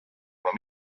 kuna